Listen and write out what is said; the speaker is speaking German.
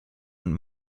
und